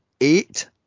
eight